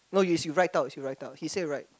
no it's you write out you write out he say write